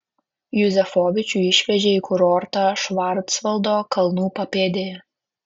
juzefovičių išvežė į kurortą švarcvaldo kalnų papėdėje